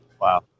Wow